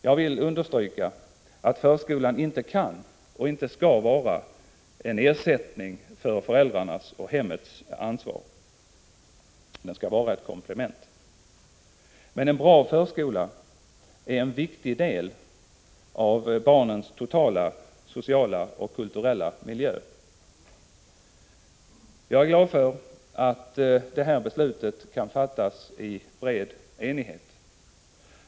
Jag vill understryka att förskolan inte kan och inte skall vara en ersättning för föräldrarnas och hemmets ansvar — den skall vara ett komplement. Men en bra förskola är en viktig del av barnens totala kulturella och sociala miljö. Jag är glad för att beslutet kan fattas i bred enighet.